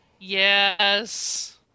Yes